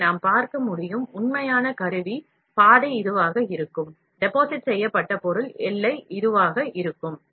எனவே நாம் பார்க்க முடியும் உண்மையான கருவி பாதை இதுவாக இருக்கும் டெபாசிட் செய்யப்பட்ட பொருள் எல்லை இதுவாக இருக்கும்